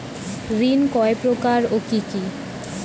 ঋণ কয় প্রকার ও কি কি?